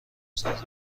ساز